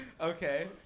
Okay